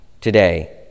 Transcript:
today